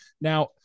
Now